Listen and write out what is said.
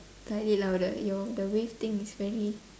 slightly louder your the wave thing is very